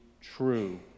true